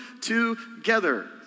together